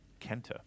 Kenta